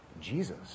Jesus